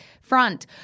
front